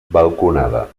balconada